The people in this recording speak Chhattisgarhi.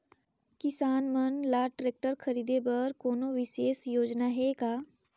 किसान मन ल ट्रैक्टर खरीदे बर कोनो विशेष योजना हे का?